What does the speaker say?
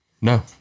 no